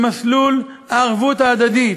למסלול הערבות ההדדית.